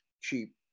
cheap